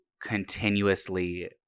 continuously